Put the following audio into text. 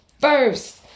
First